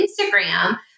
Instagram